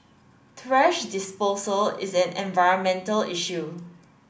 thrash disposal is an environmental issue